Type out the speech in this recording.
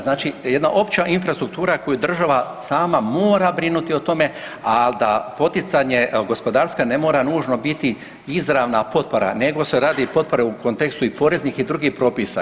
Znači jedna opće infrastruktura koju država sama mora brinuti o tome, ali da poticanje gospodarstva ne mora nužno biti izravna potpora nego se radi potpora u kontekstu i poreznih i drugih propisa.